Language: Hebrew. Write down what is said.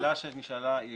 השאלה שנשאלה היא